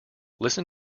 listen